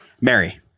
Mary